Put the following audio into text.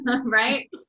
right